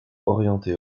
orientée